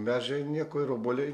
medžiai nieko ir obuoliai